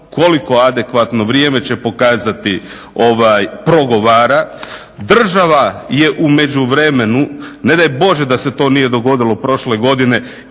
koliko adekvatno, vrijeme će pokazati, progovara. Država je u međuvremenu, ne daj Bože da se to nije dogodilo prošle godine